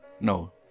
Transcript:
No